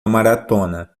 maratona